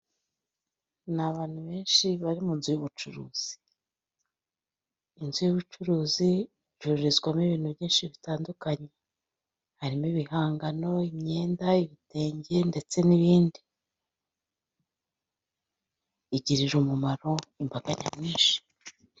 N'abantu benshi bari mu inzu y'ubucuruzi inzu y'ubucuruzi icurizwamo ibintu byinshi bitandukanye, harimo ibihangano, imyenda, ibitenge ndetse n'ibindi byishi igirira umumaro imbaga nyamwinshi.